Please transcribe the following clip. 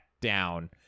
down